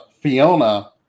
Fiona